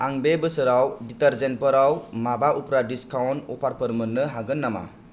आं बे बोसोराव डिटारजेन्टफोराव माबा उफ्रा डिसकाउन्ट अफारफोर मोननो हागोन नामा